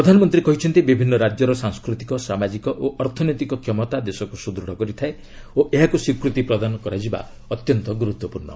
ପ୍ରଧାନମନ୍ତ୍ରୀ କହିଛନ୍ତି ବିଭିନ୍ନ ରାଜ୍ୟର ସାଂସ୍କୃତିକ ସାମାଜିକ ଓ ଅର୍ଥନୈତିକ କ୍ଷମତା ଦେଶକୁ ସୁଦୃଢ଼ କରିଥାଏ ଓ ଏହାକୁ ସ୍ୱିକୃତୀ ପ୍ରଦାନ କରାଯିବା ଅତ୍ୟନ୍ତ ଗୁରୁତ୍ୱପୂର୍୍ଣ